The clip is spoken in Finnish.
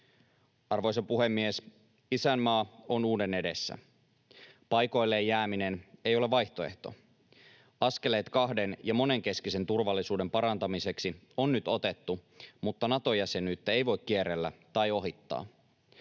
Arvoisa puhemies! Isänmaa on uuden edessä. Paikoilleen jääminen ei ole vaihtoehto. Askeleet kahden- ja monenkeskisen turvallisuuden parantamiseksi on nyt otettu, mutta Nato-jäsenyyttä ei voi kierrellä tai ohittaa.